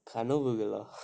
கனவுகள்:kanavukal ah